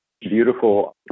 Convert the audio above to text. beautiful